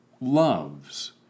loves